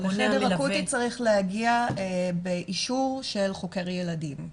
לחדר אקוטי צריך להגיע באישור של חוקר ילדים,